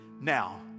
Now